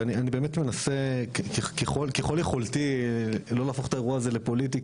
ואני באמת מנסה ככל יכולתי לא להפוך את האירוע הזה לפוליטי,